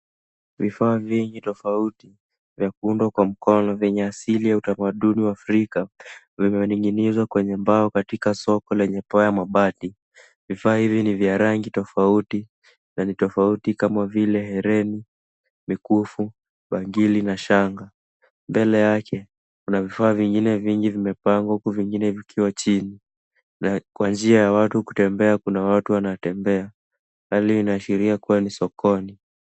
Vifaa vingi tofauti vya kuundwa kwa mkono vyenye asili ya utamaduni ya Afrika vimening'inizwa kwenye mbao katika soko lenye paa ya mabati. Vifaa hivi ni vya rangi tofauti na ni tofauti kama vile hereni, mikufu, bangili na shanga. Mbele yake kuna vifaa vingine vingi vimepangwa huku vingine vikiwa chini na kwa njia ya watu kutembea kuna watu wanatembea. Hali inaashiria kuwa ni sokoni.